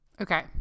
Okay